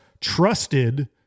trusted